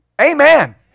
Amen